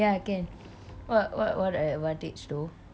ya can what what what advantage though